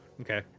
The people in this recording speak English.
Okay